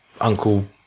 Uncle